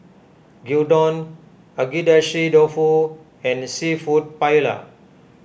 Gyudon Agedashi Dofu and Seafood Paella